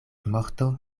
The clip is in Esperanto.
morto